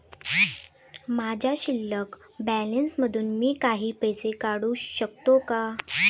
माझ्या शिल्लक बॅलन्स मधून मी काही पैसे काढू शकतो का?